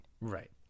Right